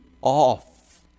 off